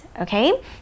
Okay